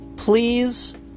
Please